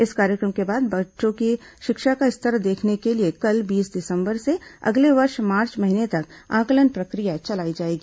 इस कार्यक्रम के बाद बच्चों की शिक्षा का स्तर देखने के लिए कल बीस दिसंबर से अगले वर्ष मार्च महीने तक आंकलन प्रक्रिया चलाई जाएगी